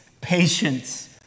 patience